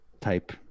type